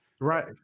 right